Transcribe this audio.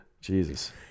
Jesus